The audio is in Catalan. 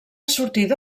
sortida